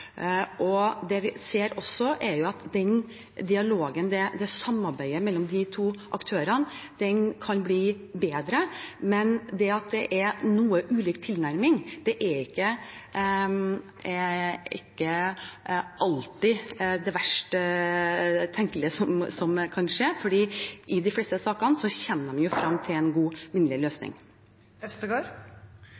Det vi også ser, er at dialogen og samarbeidet mellom de to aktørene kan bli bedre. Men at det er noe ulik tilnærming, er ikke alltid det verst tenkelige, for i de fleste sakene kommer de jo frem til en god og minnelig